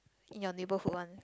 in your neighbourhood one